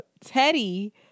Teddy